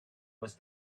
was